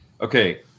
Okay